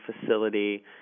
facility